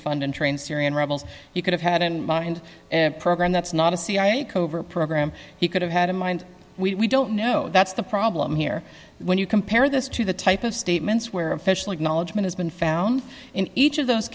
fund and train syrian rebels you could have had in mind and program that's not a cia covert program he could have had in mind we don't know that's the problem here when you compare this to the type of statements where official acknowledgement has been found in each of those